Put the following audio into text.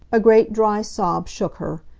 a great dry sob shook her.